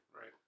Right